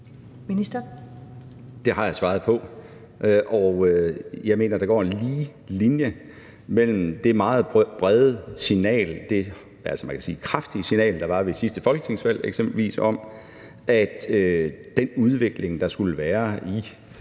Det har jeg svaret på, og jeg mener, der går en lige linje her fra det meget brede signal – man kan sige kraftige signal – der eksempelvis var ved sidste folketingsvalg, om, at den udvikling, der skulle være i